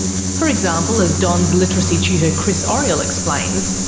for example, as don's literacy tutor chris oriel explains,